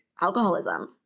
alcoholism